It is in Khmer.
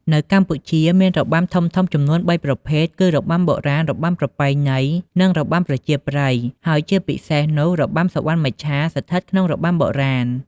នៅកម្ពុជា មានរបាំធំៗចំនួនបីប្រភេទគឺ របាំបុរាណ របាំប្រពៃណី និងរបាំប្រជាប្រិយ ហើយជាពិសេសនោះ របាំសុវណ្ណមច្ឆាស្ថិតក្នុងរបាំបុរាណ។